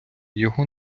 його